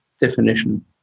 definition